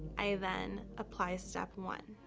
i then apply step one.